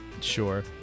sure